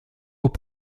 hop